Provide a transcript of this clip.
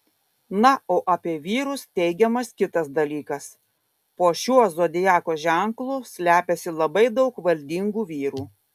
na o apie vyrus teigiamas kitas dalykas po šiuo zodiako ženklu slepiasi labai daug valdingų vyrų